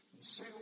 say